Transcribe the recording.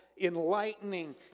enlightening